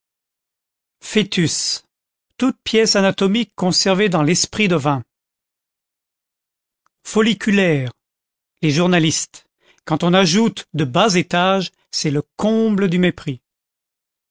foetus toute pièce anatomique conservée dans l'esprit de vin folliculaires les journalistes quand on ajoute de bas étage c'est le comble du mépris